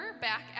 back